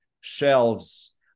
shelves